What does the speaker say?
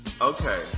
Okay